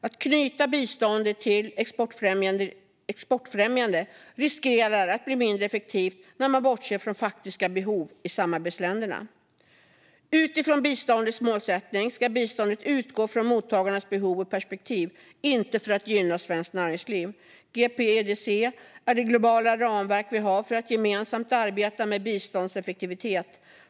Ett bistånd som är knutet till exportfrämjande arbete riskerar att bli mindre effektivt eftersom man bortser från faktiska behov i samarbetsländerna. Utifrån biståndets målsättningar ska biståndet utgå från mottagarnas behov och perspektiv, inte från möjligheten att gynna svenskt näringsliv. GPEDC är det globala ramverk vi har för att gemensamt arbeta med biståndseffektivitet.